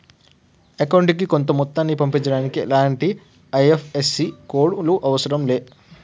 అకౌంటుకి కొంత మొత్తాన్ని పంపించడానికి ఎలాంటి ఐ.ఎఫ్.ఎస్.సి కోడ్ లు అవసరం లే